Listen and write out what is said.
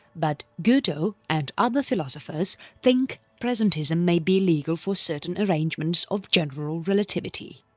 but godel and other philosophers think presentism may be legal for certain arrangements of general relativity